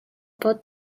پات